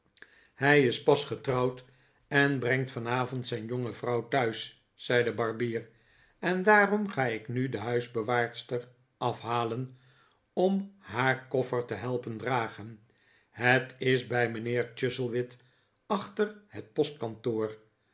hij is pas getrouwd en brengt vanavond zijn jonge vrouw thuis zei de barbier en daarom ga ik nude huisbewaarster afhalen om haar koffer te helpen dragen het is bij mijnheer chuzzlewit achter het